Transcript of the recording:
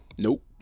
Nope